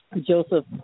Joseph